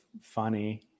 funny